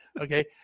Okay